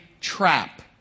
trap